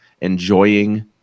enjoying